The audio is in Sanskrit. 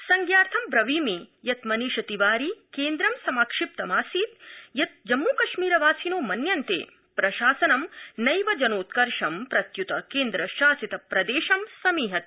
संजार्थं ब्रवीमि यत् मनीष तिवारिणा केन्द्रं समाक्षिप्तमासीत् यत् जम्मूकश्मीरवासिनो मन्यन्ते प्रशासनम् नैव जनोत्कर्ष प्रत्यृत केन्द्रशासितप्रदेशं समीहते